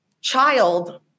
child